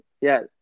yes